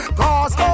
cause